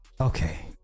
Okay